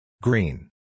Green